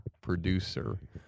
producer